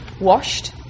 washed